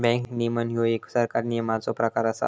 bank नियमन ह्यो एक सरकारी नियमनाचो प्रकार असा